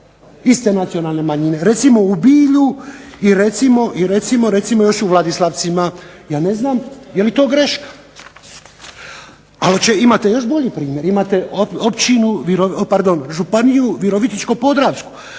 iste nacionalne manjine. Recimo u Bilju i recimo još u Vladislavcima. Ja ne znam je li to greška? Ali imate još bolji primjer. Imate općinu, pardon Županiju virovitičko-podravsku.